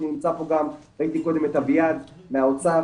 הצלחנו גם, ראיתי קודם את אביעד מהאוצר.